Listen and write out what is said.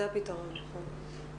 זה הפתרון, נכון.